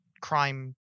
crime